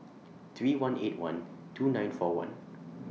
three one eight one two nine four one